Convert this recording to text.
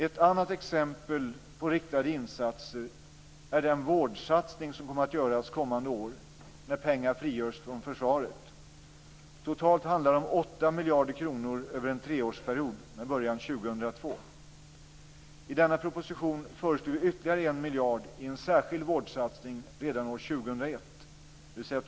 Ett annat exempel på riktade insatser är den vårdsatsning som kommer att göras kommande år när pengar frigörs från försvaret. Totalt handlar det om 8 miljarder kronor över en treårsperiod med början år 2002. I denna proposition föreslår vi ytterligare 1 miljard kronor i en särskild vårdsatsning redan år 2001, dvs.